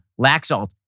Laxalt